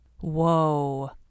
Whoa